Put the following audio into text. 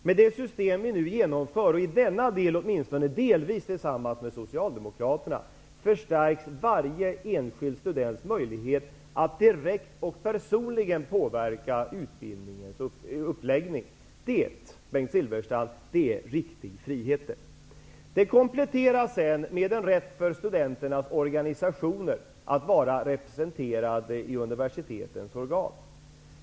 Med det system som vi nu skall genomföra -- åtminstone i denna del delvis tillsammans med Socialdemokraterna -- förstärks varje enskild students möjligheter att direkt och personligen kunna påverka utbildningens uppläggning. Det, Bengt Silfverstrand, är riktig frihet. Det kompletteras med en rätt för studenternas organisationer att vara representerade i universitetens organ.